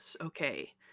okay